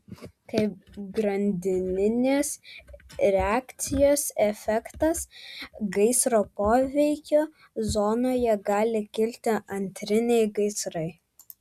kaip grandininės reakcijos efektas gaisro poveikio zonoje gali kilti antriniai gaisrai